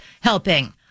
helping